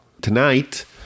Tonight